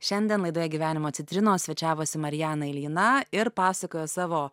šiandien laidoje gyvenimo citrinos svečiavosi marianą iljiną ir pasakojo savo